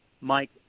Mike